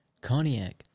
cognac